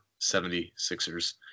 76ers